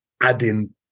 adding